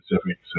specific